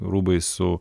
rūbai su